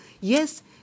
Yes